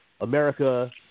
America